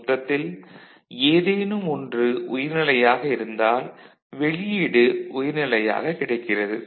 மொத்தத்தில் ஏதேனும் ஒன்று உயர்நிலையாக இருந்தால் வெளியீடு உயர்நிலையாக கிடைக்கிறது